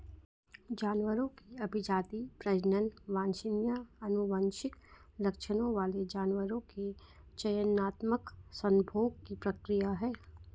जानवरों की अभिजाती, प्रजनन वांछनीय आनुवंशिक लक्षणों वाले जानवरों के चयनात्मक संभोग की प्रक्रिया है